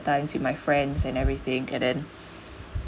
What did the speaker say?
times with my friends and everything and then